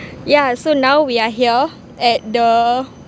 yeah so now we are here at the